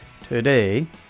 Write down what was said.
Today